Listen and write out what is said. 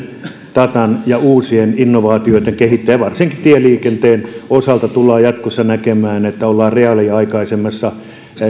datan ja uusien innovaatioiden kehittäjä varsinkin tieliikenteen osalta tullaan jatkossa näkemään että ollaan reaaliaikaisemmassa